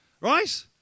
Right